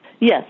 Yes